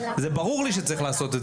זה היה ברור לי שזה מה שצריך לעשות,